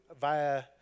via